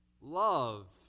love